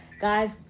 Guys